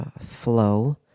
flow